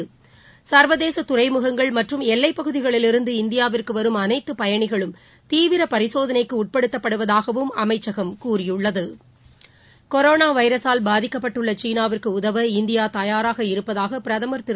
பகுதிகளில் சர்வதேசதுறைமுகங்கள் மற்றும் எல்லைப் இருந்து இந்தியாவிற்குவரும் அனைத்துபயணிகளும் தீவிரபரிசோதனைக்குஉட்படுத்தப்படுவதாகவும் அமைச்சகம் கூறியுள்ளது கொரோனாவைரஸால் பாதிக்கப்பட்டுள்ளசீனாவிற்குஉதவ இந்தியாதயாராக இருப்பதாகபிரதமர் திரு